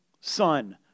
son